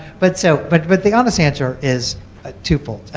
but so but but the honest answer is ah twofold.